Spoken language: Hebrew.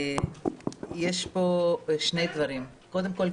יש פה שני דברים: קודם כול,